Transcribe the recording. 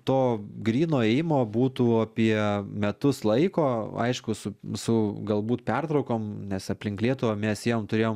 to gryno ėjimo būtų apie metus laiko aišku su su galbūt pertraukom nes aplink lietuvą mes ėjom turėjom